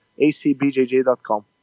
acbjj.com